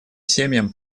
семьям